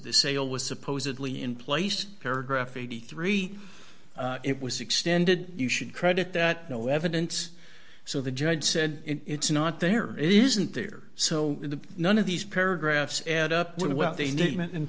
the sale was supposedly in place paragraph eighty three dollars it was extended you should credit that no evidence so the judge said it's not there it isn't there so the none of these paragraphs add up